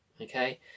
okay